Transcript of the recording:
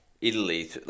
Italy